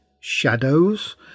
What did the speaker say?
shadows